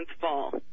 fall